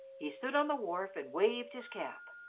he stood on the wharf and waved his cap.